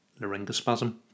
laryngospasm